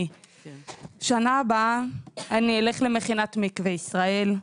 שנה הבאה אני אלך למכינת מקווה ישראל,